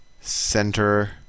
center